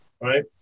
Right